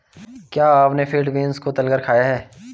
क्या आपने field beans को तलकर खाया है?